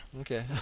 Okay